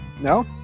No